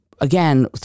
again